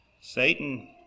Satan